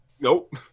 Nope